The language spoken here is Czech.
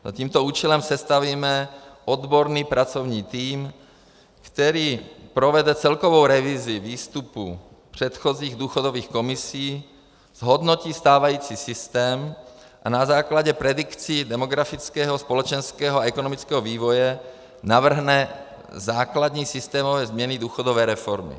Za tímto účelem sestavíme odborný pracovní tým, který provede celkovou revizi výstupů předchozích důchodových komisí, zhodnotí stávající systém a na základě predikcí demografického, společenského a ekonomického vývoje navrhne základní systémové změny důchodové reformy.